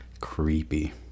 creepy